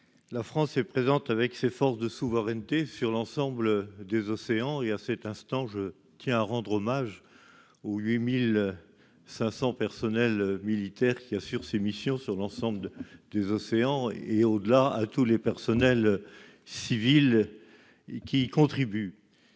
La France est présente avec ses forces de souveraineté sur l'ensemble des océans et à cet instant, je tiens à rendre hommage aux 8500 personnels militaires qui assurent ces missions sur l'ensemble de des océans et au-delà à tous les personnels civils qui contribuent